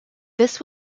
this